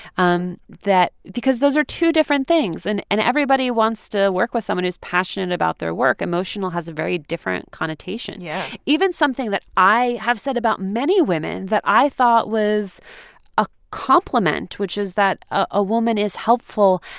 um that because those are two different things. and and everybody wants to work with someone who's passionate about their work. emotional has a very different connotation yeah even something that i have said about many women that i thought was a compliment, which is that a woman is helpful,